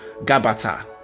Gabata